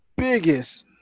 biggest